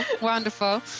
wonderful